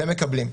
זה מקבלים.